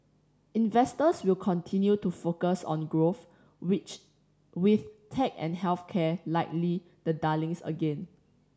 investors will continue to focus on growth which with tech and health care likely the darlings again